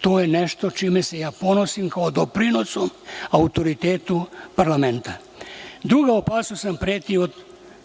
To je nešto čime se ja doprinosim, kao doprinosu autoritetu parlamenta. Druga opasnost nam preti od